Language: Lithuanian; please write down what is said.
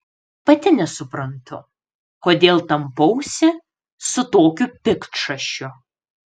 pati nesuprantu kodėl tampausi su tokiu piktšašiu